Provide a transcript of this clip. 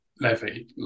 levy